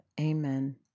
Amen